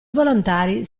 volontari